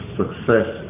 success